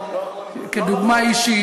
כדוגמה אישית,